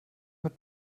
mit